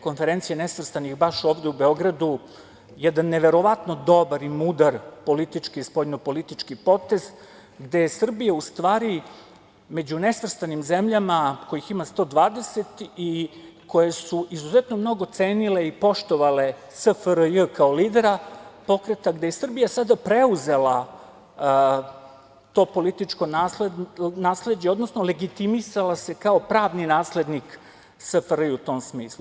Konferencije nesvrstanih baš ovde u Beogradu jedan neverovatno dobar i mudar politički, spoljnopolitički potez gde se Srbija u stvari među nesvrstanim zemljama, kojih ima 120, i koje su izuzetno mnogo cenile i poštovale SFRJ kao lidera pokreta, gde je i Srbija sad preuzela to političko nasleđe, odnosno legitimisala se kao pravni naslednik SFRJ u tom smislu.